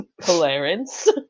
Clarence